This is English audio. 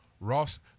Ross